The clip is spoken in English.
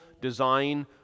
design